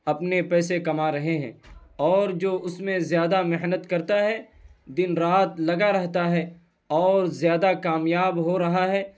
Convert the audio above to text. اپنے پیسے کما رہے ہیں اور جو اس میں زیادہ محنت کرتا ہے دن رات لگا رہتا ہے اور زیادہ کامیاب ہو رہا ہے